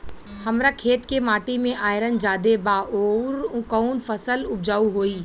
हमरा खेत के माटी मे आयरन जादे बा आउर कौन फसल उपजाऊ होइ?